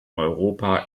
europa